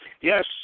yes